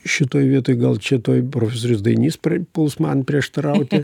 šitoj vietoj gal čia toj profesorius dainys puls man prieštarauti